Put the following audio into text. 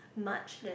much that